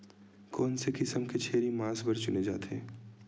कोन से किसम के छेरी मांस बार चुने जाथे?